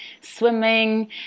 swimming